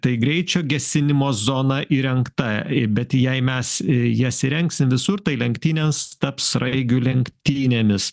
tai greičio gesinimo zona įrengta i bet jei mes jas įrengsim visur tai lenktynės taps sraigių lenktynėmis